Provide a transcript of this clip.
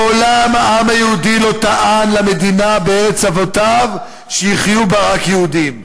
מעולם העם היהודי לא טען למדינה בארץ אבותיו שבה יהיו יהודים בלבד".